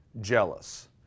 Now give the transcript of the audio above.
Jealous